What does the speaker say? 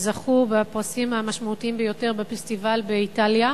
שלו זכו בפרסים המשמעותיים ביותר בפסטיבל באיטליה,